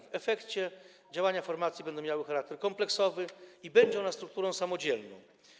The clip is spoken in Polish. W efekcie działania formacji będą miały charakter kompleksowy i będzie ona strukturą samodzielną.